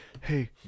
Hey